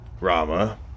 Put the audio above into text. Rama